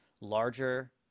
larger